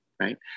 right